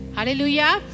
Hallelujah